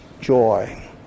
joy